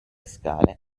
scale